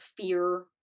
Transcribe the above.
fear